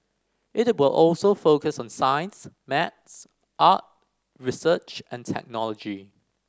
it will also focus on science maths art research and technology